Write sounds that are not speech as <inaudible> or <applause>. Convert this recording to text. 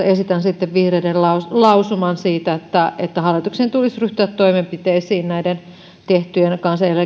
<unintelligible> esitän sitten vihreiden lausuman siitä että hallituksen tulisi ryhtyä toimenpiteisiin näiden tehtyjen